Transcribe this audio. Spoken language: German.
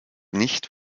nicht